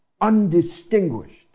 undistinguished